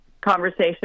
conversation